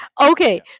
okay